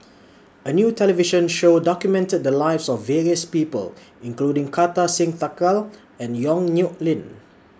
A New television Show documented The Lives of various People including Kartar Singh Thakral and Yong Nyuk Lin